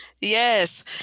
Yes